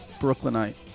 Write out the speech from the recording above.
Brooklynite